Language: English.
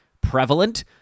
prevalent